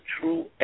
True